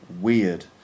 weird